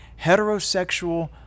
heterosexual